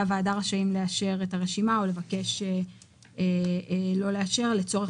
הוועדה רשאים לאשר את הרשימה או לבקש לא לאשר לצורך